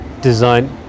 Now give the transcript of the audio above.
design